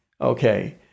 Okay